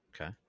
Okay